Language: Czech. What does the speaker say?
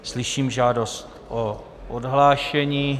Slyším žádost o odhlášení.